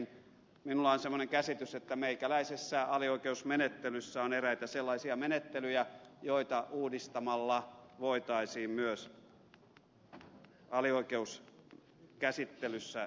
minulla on semmoinen käsitys että meikäläisessä alioikeusmenettelyssä on eräitä sellaisia menettelyjä joita uudistamalla voitaisiin myös jo alioikeuskäsittelyssä käsittelyaikoja lyhentää